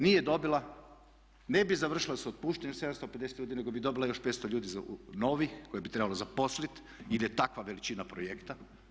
Nije dobila, ne bi završila sa otpuštanjem 750 ljudi nego bi dobila još 500 ljudi novih koje bi trebalo zaposliti jer je takva veličina projekta.